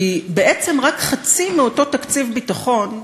כי בעצם רק חצי מאותו תקציב ביטחון,